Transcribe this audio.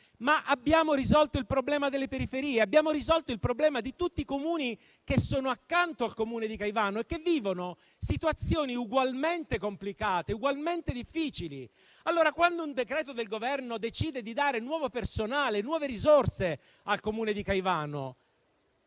ma abbiamo risolto il problema delle periferie, abbiamo risolto il problema di tutti i Comuni che sono accanto al Comune di Caivano e che vivono situazioni ugualmente complicate? Quando un decreto del Governo decide di dare nuovo personale e nuove risorse al Comune di Caivano,